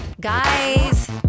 guys